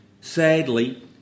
Sadly